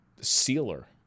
sealer